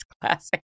Classic